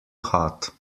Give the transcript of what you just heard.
hot